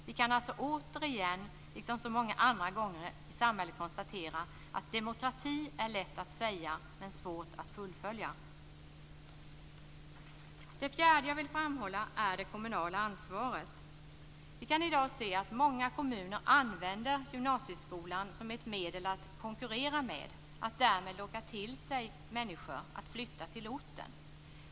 Vi kan alltså återigen konstatera, som så många andra gånger i samhället, att demokrati är lätt att säga men svårt att fullfölja. Det fjärde jag vill framhålla är det kommunala ansvaret. Vi kan i dag se att många kommuner använder gymnasieskolan som ett medel att konkurrera med, att locka människor att flytta till orten med.